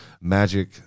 Magic